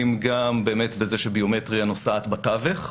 גם באמת בזה שביומטריה נוסעת בתווך,